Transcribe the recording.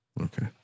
Okay